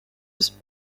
was